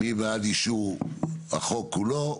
מי בעד אישור החוק כולו?